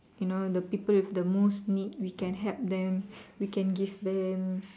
you know the people with the most need we can help them we can give them